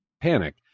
panic